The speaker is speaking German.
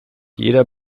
jeder